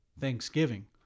Thanksgiving